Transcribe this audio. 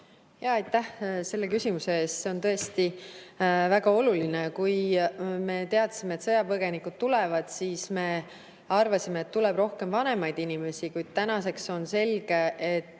Aitäh selle küsimuse eest! See on tõesti väga oluline. Kui me teadsime, et sõjapõgenikud tulevad, siis me arvasime, et tuleb rohkem vanemaid inimesi, kuid tänaseks on selge, et